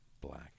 black